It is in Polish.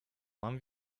mam